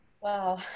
wow